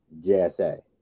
JSA